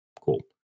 cool